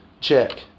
Check